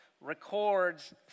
records